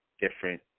different